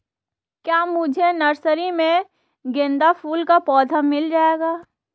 क्या मुझे नर्सरी में गेंदा फूल का पौधा मिल जायेगा?